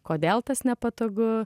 kodėl tas nepatogu